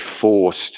forced